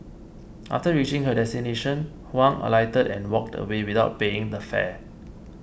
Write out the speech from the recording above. after reaching her destination Huang alighted and walked away without paying the fare